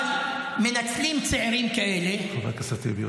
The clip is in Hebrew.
אבל מנצלים צעירים כאלה -- חבר הכנסת אחמד טיבי,